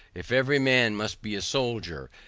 if every man must be a soldier,